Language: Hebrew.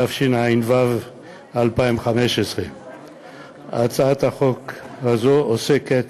התשע"ו 2015. הצעת החוק הזאת עוסקת